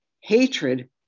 hatred